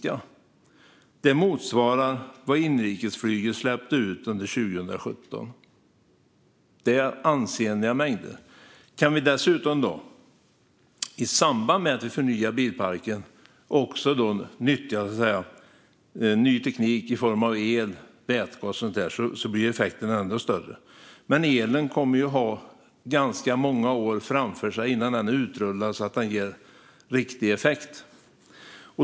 Det motsvarar vad inrikesflyget släppte ut 2017. Det är ansenliga mängder. Om vi i samband med att vi förnyar bilparken också nyttjar ny teknik i form av el, vätgas och så vidare blir effekten ännu större. Men det kommer att ta ganska många år innan elen så att säga är utrullad och ger riktig effekt.